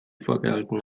vorgehalten